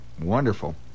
Wonderful